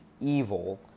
evil